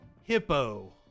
Hippo